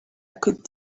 could